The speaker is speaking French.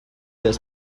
des